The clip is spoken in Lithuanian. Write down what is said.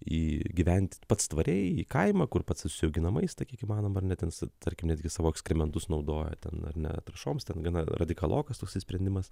į gyventi pats tvariai į kaimą kur pats užsiaugina maistą kiek įmanoma ar ne ten tarkim netgi savo ekskrementus naudoja ten ar ne trąšoms ten gana radikalokas toksai sprendimas